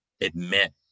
admit